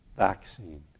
vaccine